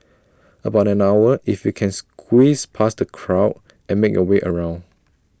about an hour if you can squeeze past the crowd and make your way around